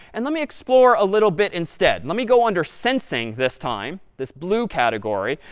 and let me explore a little bit instead. let me go under sensing this time, this blue category.